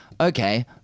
okay